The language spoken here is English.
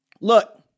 Look